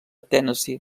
tennessee